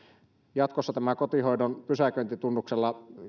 jatkossa tällä kotihoidon pysäköintitunnuksella